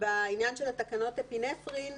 בעניין של תקנות האפינפרין,